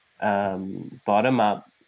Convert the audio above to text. bottom-up